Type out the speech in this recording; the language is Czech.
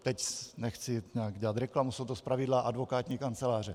Teď nechci nějak dělat reklamu, jsou to zpravidla advokátní kanceláře.